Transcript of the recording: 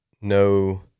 no